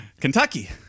Kentucky